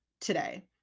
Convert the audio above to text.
today